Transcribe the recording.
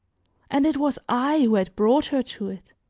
and it was i who had brought her to it.